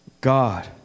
God